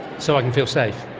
so i can feel safe?